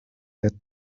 der